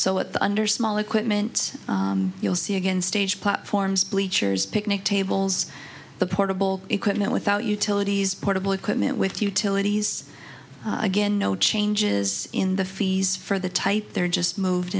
so at the under small equipment you'll see again stage platforms bleachers picnic tables the portable equipment without utilities portable equipment with utilities again no changes in the fees for the type they're just moved